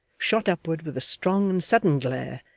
shot upward with a strong and sudden glare,